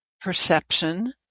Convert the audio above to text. perception